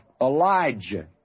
Elijah